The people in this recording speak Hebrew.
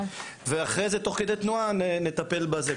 ואחרי זה תוך כדי תנועה נטפל בזה,